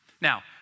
Now